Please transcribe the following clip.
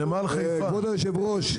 כבוד היושב-ראש,